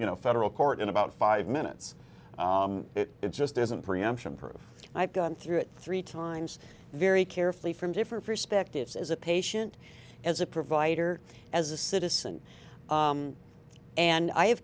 you know federal court in about five minutes it just isn't preemption proof i've gone through it three times very carefully from different perspectives as a patient as a provider as a citizen and i have